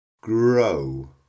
grow